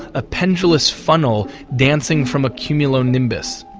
a pendulous funnel dancing from a cumulo-nimbus,